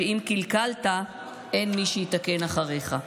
שאם קלקלת אין מי שיתקן אחריך'."